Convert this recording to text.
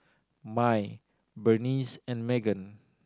Mai Berniece and Meggan